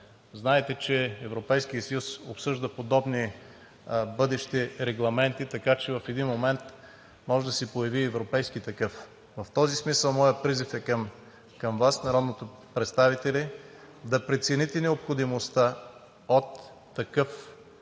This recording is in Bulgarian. Знаете, че Европейският съюз обсъжда подобни бъдещи регламенти, така че в един момент може да се появи европейски такъв. В този смисъл моят призив към Вас – народните представители, е да прецените необходимостта от такъв